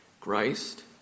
Christ